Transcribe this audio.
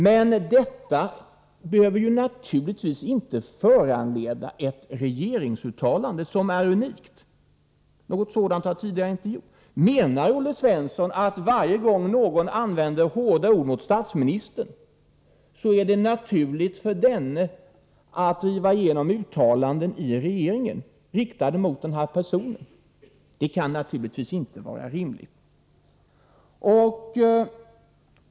Men detta behöver inte föranleda ett regeringsuttalande, vilket är unikt; något sådant har inte tidigare gjorts. Menar Olle Svensson att det är naturligt för statsministern att varje gång någon använder hårda ord mot denne driva igenom uttalanden i regeringen, riktade mot den personen? Det kan naturligtvis inte vara rimligt.